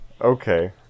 Okay